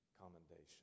commendation